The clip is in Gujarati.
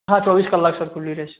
હા ચોવીસ કલાક સર ખુલ્લી રહે છે